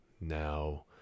Now